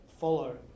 follow